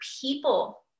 people